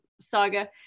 saga